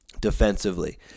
defensively